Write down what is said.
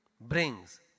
brings